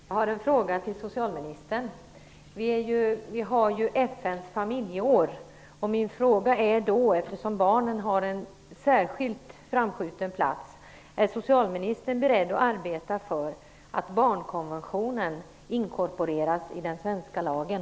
Herr talman! Jag har en fråga till socialministern. I år är det FN:s familjeår, och eftersom barnen har en särskilt framskjuten plats vill jag fråga: Är socialministern beredd att arbeta för att barnkonventionen inkorporeras i den svenska lagen?